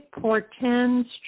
portends